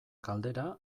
galdera